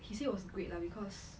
he said it was great lah because